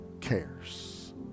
cares